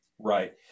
Right